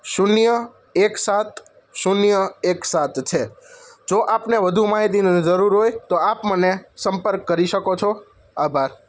શૂન્ય એક સાત શૂન્ય એક સાત છે જો આપને વધુ માહિતીની જરુર હોય તો આપ મને સંપર્ક કરી શકો છો આભાર